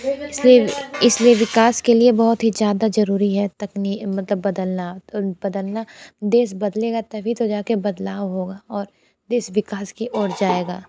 इसलिए इसलिए विकास के लिए बहुत ही ज़्यादा जरूरी है मतलब बदलना बदलना देश बदलेगा तभी तो जाके बदलाव होगा और देश विकास की ओर जाएगा